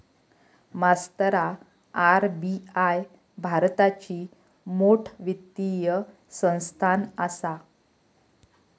मास्तरा आर.बी.आई भारताची मोठ वित्तीय संस्थान आसा